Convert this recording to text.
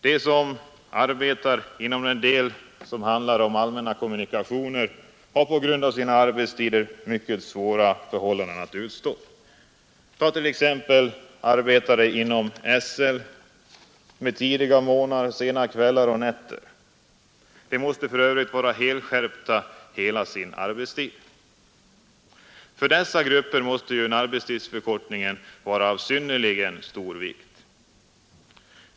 De som arbetar inom den del som sköter allmänna kommunikationer har på grund av sina arbetstider mycket svåra förhållanden att utstå. Ta t.ex. arbetare inom SL med tidigare morgnar, sena kvällar och nätter. De måste för övrigt vara helskärpta hela sin arbetstid. För dessa grupper måste arbetstidsförkortningen vara av synnerligen stor vikt.